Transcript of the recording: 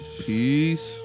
Peace